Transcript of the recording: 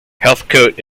heathcote